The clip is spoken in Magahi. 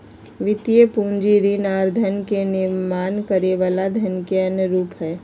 वित्तीय पूंजी ऋण आर धन के निर्माण करे वला धन के अन्य रूप हय